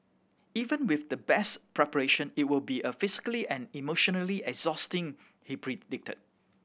even with the best preparation it will be a physically and emotionally exhausting he predicted